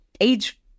age